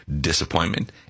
disappointment